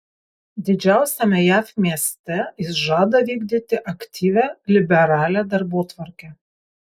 didžiausiame jav mieste jis žada vykdyti aktyvią liberalią darbotvarkę